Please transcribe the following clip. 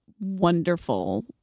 wonderful